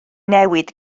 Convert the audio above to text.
newid